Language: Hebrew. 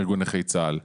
ארגון נכי צה"ל.